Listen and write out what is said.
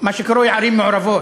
מה שקרוי "ערים מעורבות"